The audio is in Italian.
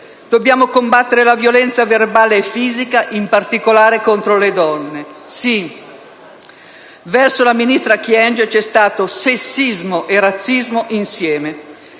Dobbiamo combattere la violenza verbale e fisica perpetuata, in particolare, contro le donne. Sì, verso la ministra Kyenge c'è stato sessismo e razzismo insieme!